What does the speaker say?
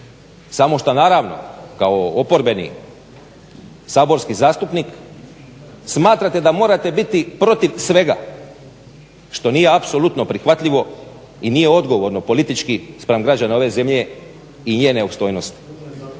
samo šta naravno kao oporbeni saborski zastupnik smatrate da morate biti protiv svega što nije apsolutno prihvatljivo i nije odgovorno politički spram građana ove zemlje i njene opstojnosti.